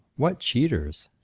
what cheaters?